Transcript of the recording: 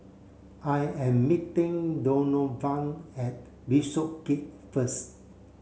I am meeting Donovan at Bishopsgate first